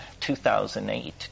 2008